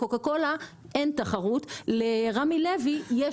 לקוקה קולה אין תחרות, לרמי לוי יש תחרות.